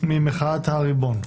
ממחאת הריבון.